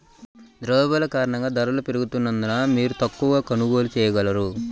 ద్రవ్యోల్బణం కారణంగా ధరలు పెరుగుతున్నందున, మీరు తక్కువ కొనుగోళ్ళు చేయగలరు